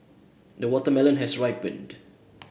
the watermelon has ripened